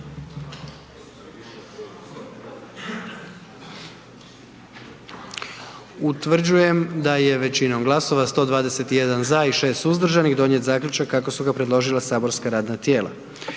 Utvrđujem da je većinom glasova 85 za i 30 suzdržanih donijet zaključak kako su ga predložila saborska radna tijela.